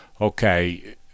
okay